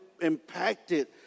impacted